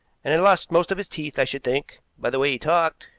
and had lost most of his teeth, i should think, by the way he talked.